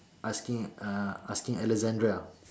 asking uh asking Alexandra